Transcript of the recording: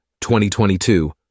2022